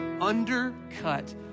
undercut